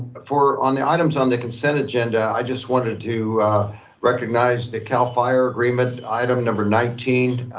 for, on the items on the consent agenda, i just wanted to recognize the cal fire agreement, item number nineteen.